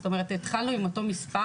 זאת אומרת התחלנו עם אותו מספר,